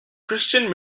christian